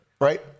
right